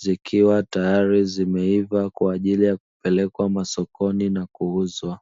zikiwa tayari zimeiva kwa ajili ya kupelekwa masokoni na kuuzwa.